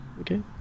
Okay